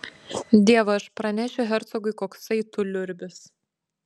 dievaž pranešiu hercogui koksai tu liurbis